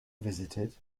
visited